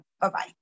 Bye-bye